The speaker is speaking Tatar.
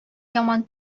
яман